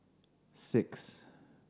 six